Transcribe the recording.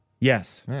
Yes